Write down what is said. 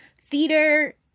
theater